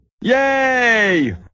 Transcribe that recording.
yay